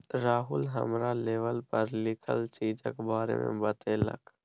राहुल हमरा लेवल पर लिखल चीजक बारे मे बतेलक